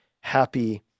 Happy